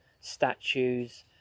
statues